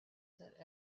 that